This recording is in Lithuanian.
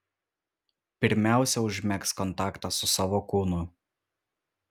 pirmiausia užmegzk kontaktą su savo kūnu